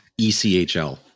ECHL